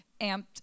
amped